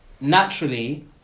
Naturally